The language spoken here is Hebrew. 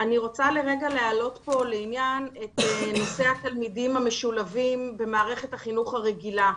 אני רוצה להעלות את נושא התלמידים המשולבים במערכת החינוך הרגילה.